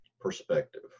perspective